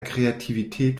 kreativität